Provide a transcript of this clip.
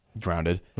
Grounded